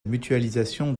mutualisation